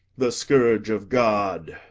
the scourge of god,